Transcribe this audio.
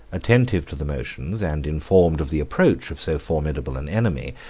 attentive to the motions, and informed of the approach of so formidable an enemy,